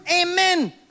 amen